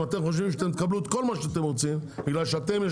אם אתם חושבים שתקבלו את כל מה שאתם רוצים,